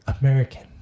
American